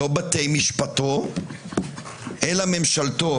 לא בתי משפטו אלא ממשלתו.